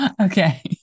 Okay